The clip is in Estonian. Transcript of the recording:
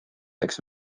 läks